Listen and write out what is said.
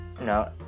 No